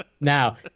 Now